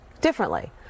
differently